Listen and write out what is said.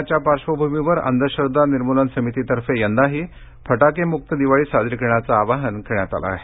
कोरोनाच्या पार्श्वभूमीवर अंधश्रद्वा निर्मूलन समितीतर्फे यंदाही फटाकेमुक्त दिवाळी साजरी करण्याचं आवाहन करण्यात आलं आहे